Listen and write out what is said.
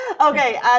Okay